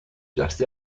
just